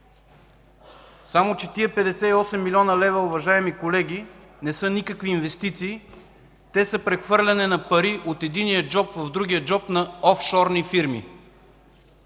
Само че тези 58 млн. лв., уважаеми колеги, не са никакви инвестиции, те са прехвърляне на пари от единия в другия джоб на офшорни фирми.